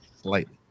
slightly